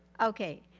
okay,